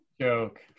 joke